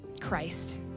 Christ